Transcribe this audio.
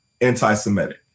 anti-Semitic